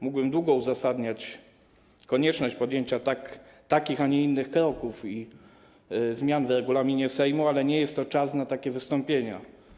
Mógłbym długo uzasadniać konieczność podjęcia takich, a nie innych kroków i zmian w regulaminie Sejmu, ale nie jest to czas na takie wystąpienia.